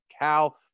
Cal